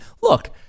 Look